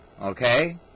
okay